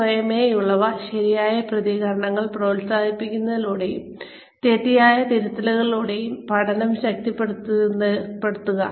സ്വയമേവയുള്ള ശരിയായ പ്രതികരണങ്ങൾ പ്രോത്സാഹിപ്പിക്കുന്നതിലൂടെയും തെറ്റായവ തിരുത്തുന്നതിലൂടെയും പഠനം ശക്തിപ്പെടുത്തുക